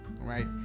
right